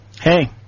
Hey